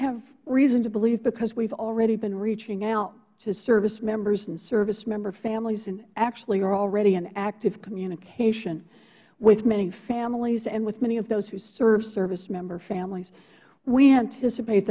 have reason to believe because we have already been reaching out to service members and servicemember families and actually are already in active communication with many families and with many of those who serve servicemember familiesh we anticipate